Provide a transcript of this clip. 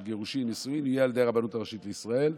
של גירושים ונישואים יהיו על ידי הרבנות הראשית לישראל.